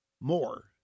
more